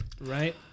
right